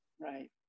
Right